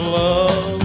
love